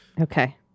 Okay